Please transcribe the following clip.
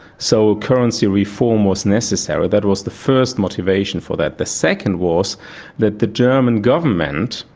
so currency reform was necessary that was the first motivation for that. the second was that the german government,